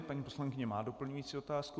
Paní poslankyně má doplňující otázku.